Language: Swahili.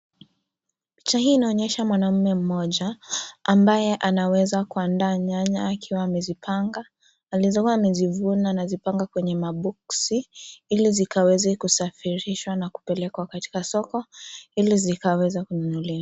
Picha hii inaonyesha mwanaume mmoja ambaye anaweza kuandaa nyanya akiwa amezipanga, alikua amezivuna na kupanga kwenye maboksi, ili zikaweze kusafirishwa na kupelekwa katika soko, ili zikaweze kununuliwa.